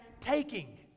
taking